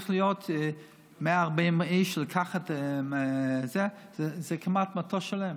לקחת 140 איש זה כמעט מטוס שלם,